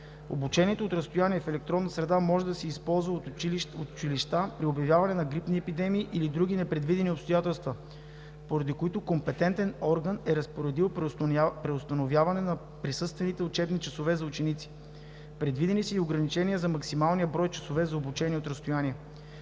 Обучението от разстояние в електронна среда може да се използва от училища при обявяване на грипни епидемии или други непредвидени обстоятелства, поради които компетентен орган е разпоредил преустановяване на присъствените учебни часове за учениците, предвидени са и ограничения за максималния брой часове за обучение от разстояние.